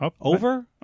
Over